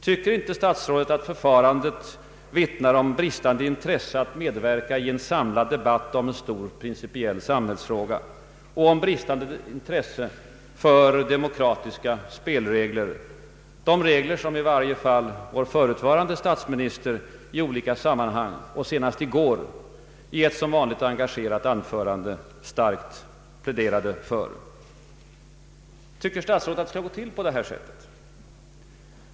Tycker inte statsrådet att förfarandet vittnar om bristande intresse att medverka i en samlad debatt om en stor principiell samhällsfråga och om bristande respekt för de demokratiska spelregler som i varje fall vår förutvarande statsminister i olika sammanhang och senast i går i ett som vanligt engagerat anförande starkt pläderade för? Tycker statsrådet att det skall gå till på det här sättet?